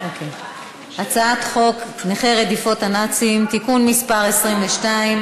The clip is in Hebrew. הצעת חוק נכי רדיפות הנאצים (תיקון מס' 22),